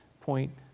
point